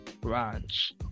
branch